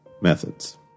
methods